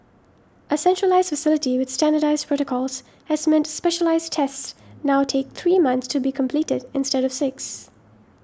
a centralised facility with standardised protocols has meant specialised tests now take three months to be completed instead of six